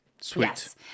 Sweet